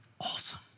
awesome